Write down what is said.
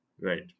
Right